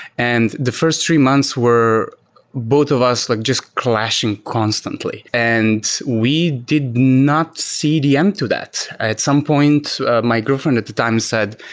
and the first three months were both of us like just clashing constantly and we did not see the end to that. as some points my girlfriend at the time said,